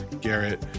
garrett